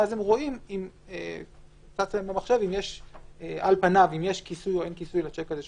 ואז צץ להם במחשב אם על פניו יש כיסוי או אין כיסוי לשיק הזה שנמשך.